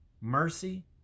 mercy